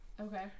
Okay